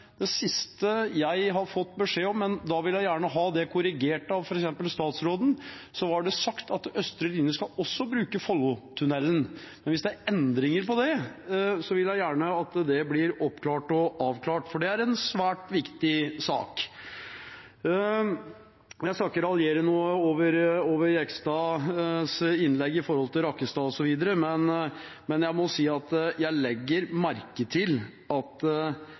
det siste jeg har fått beskjed om – jeg vil gjerne ha det korrigert av f.eks. statsråden hvis det er feil – er at østre linje også skal bruke Follotunnelen. Hvis det er endringer på det, vil jeg gjerne at det blir oppklart og avklart, for det er en svært viktig sak. Jeg skal ikke raljere noe over Jegstads innlegg når det gjelder Rakkestad osv., men jeg må si at jeg legger merke til at